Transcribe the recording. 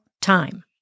time